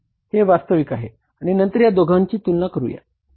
हे वास्तविक आहे आणि नंतर या दोघांची तुलना करूया